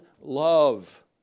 love